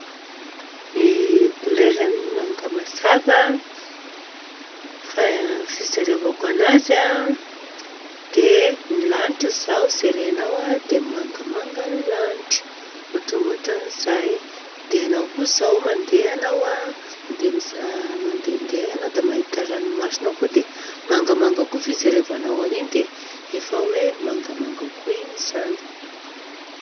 Ny koleran'ny manga mazava a fa fijerevako anazy a dia ny lanitra izao jerenao a, dia mangamanga ny lanitra. Ohatra ohatra an'izay dia ianao koa izao mandeha anao a, mandeha mizaha, mandehandeha agny anao dia mahita ranomasina koa dia mangamanga koa ny fijerevanao an'igny dia efa hoe mangamanga koa igny izany.